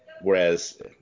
whereas